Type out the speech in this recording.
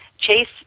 Chase